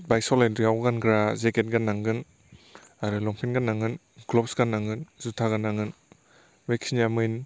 bike सलायनायाव गानग्रा jacket गान्नांगोन आरो लंफेन गान्नांगोन ग्लप्स गान्नांगोन जुथा गान्नांगोन बेखिनिया मैन